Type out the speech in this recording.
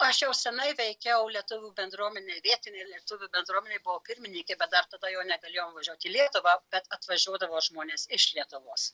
aš jau senai veikiau lietuvių bendruomenėj vietinėj lietuvių bendruomenėj buvau pirmininkė bet dar tada jau negalėjom važiuot į lietuvą bet atvažiuodavo žmonės iš lietuvos